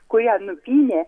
kurią nupynė